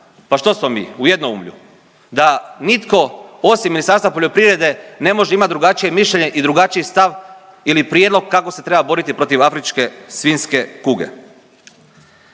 pa što smo mi u jednoumlju da nitko osim Ministarstva poljoprivrede ne može imati drugačije mišljenje i drugačiji stav ili prijedlog kako se treba boriti protiv afričke svinjske kuge.